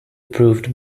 approved